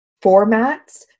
formats